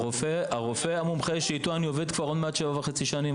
הרופא המומחה שאיתו אני עובד כבר כמעט 7.5 שנים,